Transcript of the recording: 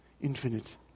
infinite